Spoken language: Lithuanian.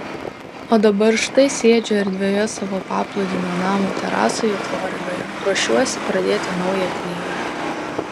o dabar štai sėdžiu erdvioje savo paplūdimio namo terasoje floridoje ruošiuosi pradėti naują knygą